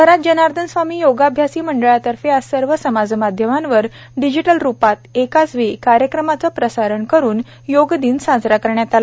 शहरातील जनार्दन स्वामी योगाभ्यासी मंडळातर्फे आज सर्व समाजमाध्यमांवर डिजिटल रूपात एकाच वेळी कार्यक्रमाचे प्रसारण करून योग दिन साजरा करण्यात आला